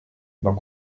dans